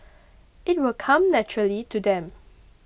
it'll come naturally to them